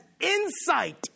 insight